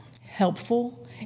helpful